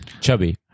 Chubby